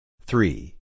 Three